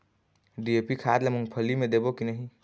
DAP खाद ला मुंगफली मे देबो की नहीं?